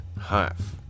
half